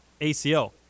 ACL